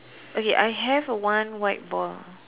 okay I have a one white ball